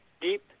deep